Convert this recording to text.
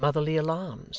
and motherly alarms,